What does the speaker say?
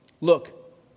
Look